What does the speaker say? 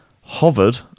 hovered